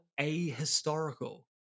ahistorical